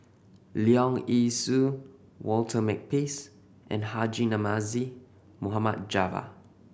Leong Yee Soo Walter Makepeace and Haji Namazie Mohd Java